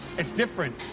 it's different.